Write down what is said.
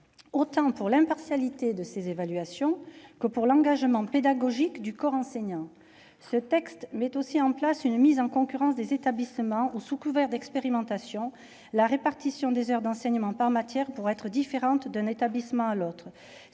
autant pour l'impartialité de ses évaluations que pour l'engagement pédagogique du corps enseignant. Ce texte met aussi en place une mise en concurrence des établissements. Ainsi, sous couvert d'expérimentation, la répartition des heures d'enseignement par matière pourra différer d'un établissement à l'autre.